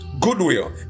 goodwill